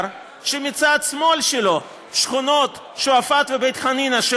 שמצד שמאל שלו השכונות שועפאט ובית חנינא,